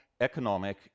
economic